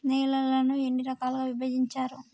నేలలను ఎన్ని రకాలుగా విభజించారు?